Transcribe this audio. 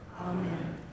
Amen